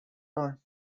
bar